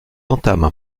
entament